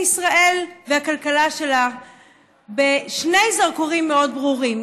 ישראל והכלכלה שלה בשני זרקורים מאוד ברורים.